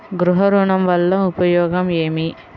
గృహ ఋణం వల్ల ఉపయోగం ఏమి?